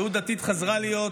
זהות דתית חזרה להיות,